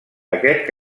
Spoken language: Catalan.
aquest